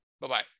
Bye-bye